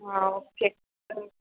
ആഹ് okay ആഹ്